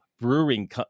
brewing